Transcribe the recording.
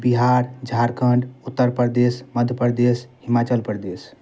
Bihar Jharkhand Uttar Pradesh Madhya Pradesh Himachal Pradesh